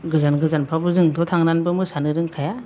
गोजान गोजानफ्रावबो जोंथ' थांनानैबो मोसानो रोंखाया